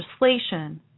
legislation